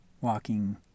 walking